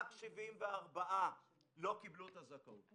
רק 74 לא קיבלו את הזכאות.